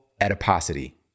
adiposity